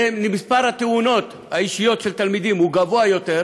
ומספר התאונות האישיות של תלמידים הוא גבוה יותר,